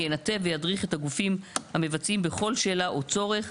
ינתב וידריך את הגופים המבצעים בכל שאלה או צורך,